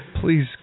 please